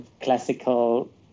classical